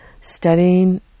studying